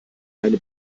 eine